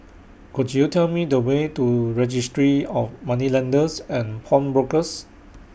Could YOU Tell Me The Way to Registry of Moneylenders and Pawnbrokers